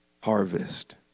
harvest